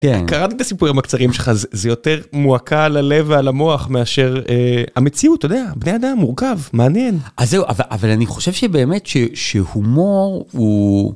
תראה, קראתי את הסיפורים הקצרים שלך זה יותר מועקה על הלב ועל המוח מאשר, אה, המציאות, אתה יודע, בני אדם, מורכב, מעניין, אז זהו, אבל אני חושב שבאמת, ש, שהומור הוא.